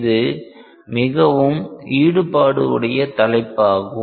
இது மிகவும் ஈடுபாடு உடைய தலைப்பாகும்